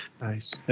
Nice